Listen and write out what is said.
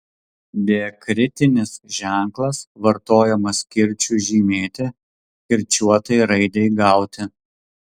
diakritinis ženklas vartojamas kirčiui žymėti kirčiuotai raidei gauti